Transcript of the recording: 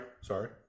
Sorry